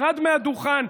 ירד מהדוכן,